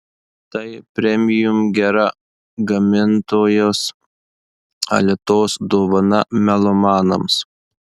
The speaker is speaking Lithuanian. tai premium gera gamintojos alitos dovana melomanams